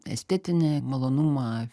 estetinį malonumą